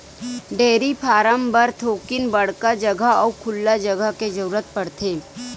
dairy farm बर थोकिन बड़का जघा अउ खुल्ला जघा के जरूरत परथे